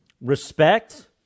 respect